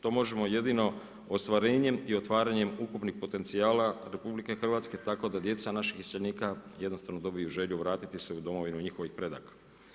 To možemo jedino ostvarenjem i otvaranjem ukupnih potencijala RH tako da djeca naših iseljenika jednostavno dobiju želju vratiti se u domovinu njihovih predaka.